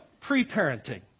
pre-parenting